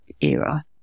era